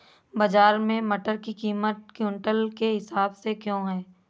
बाजार में मटर की कीमत क्विंटल के हिसाब से क्यो है?